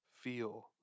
feel